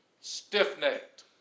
stiff-necked